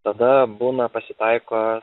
tada būna pasitaiko